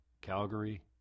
Calgary